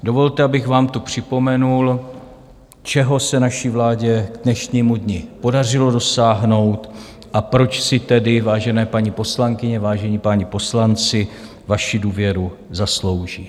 Dovolte, abych vám připomenul, čeho se naší vládě k dnešnímu dni podařilo dosáhnout a proč si tedy, vážené paní poslankyně, vážení páni poslanci, vaši důvěru zaslouží.